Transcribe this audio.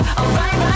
alright